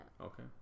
Okay